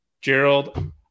Gerald